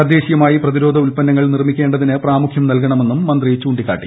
തദ്ദേശീയമായി പ്രതിരോധ ഉൽപ്പന്നങ്ങൾ നിർമ്മിക്കേണ്ടതിന് പ്രാമുഖ്യം നൽകണമെന്നും മന്ത്രി ചൂണ്ടിക്കാട്ടി